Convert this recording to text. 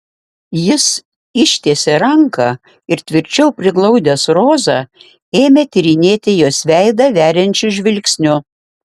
jis ištiesė ranką ir tvirčiau priglaudęs rozą ėmė tyrinėti jos veidą veriančiu žvilgsniu